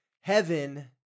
Heaven